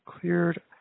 cleared